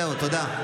זהו, תודה.